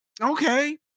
Okay